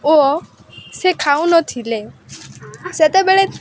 ଓ ସେ ଖାଉନଥିଲେ ସେତେବେଳେ